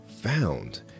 found